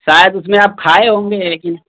शायद उसमें आप खाए होंगे